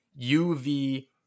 UV-